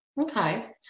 Okay